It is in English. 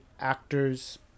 actors